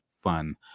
fun